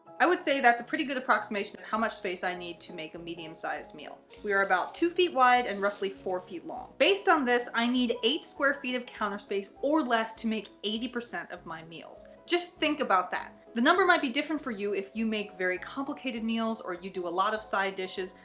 i would say that's a pretty good approximation of how much space i need to make a medium sized meal. we are about two feet wide and roughly four feet long. based on this, i need eight square feet of counter space or less to make eighty percent of my meals. just think about that. the number might be different for you if you make very complicated meals or you do a lot of side dishes.